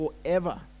forever